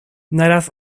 naraz